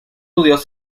judíos